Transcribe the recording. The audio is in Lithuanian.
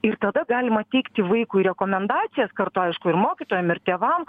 ir tada galima teikti vaikui rekomendacijas kartu aišku ir mokytojam ir tėvam